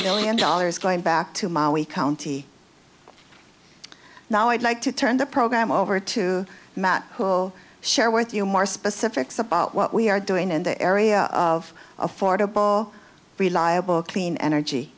million dollars going back to maui county now i'd like to turn the program over to matt who will share with you more specifics about what we are doing in the area of affordable reliable clean energy